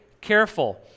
careful